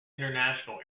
international